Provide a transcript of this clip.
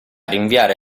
rinviare